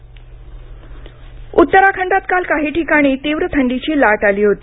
उत्तराखंड हवामान उत्तराखंडात काल काही ठिकाणी तीव्र थंडीची लाट आली होती